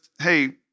hey